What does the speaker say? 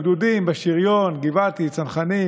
ותשמעי איזה יופי, גברתי השרה.